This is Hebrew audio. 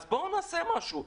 אז בואו נעשה משהו,